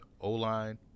O-line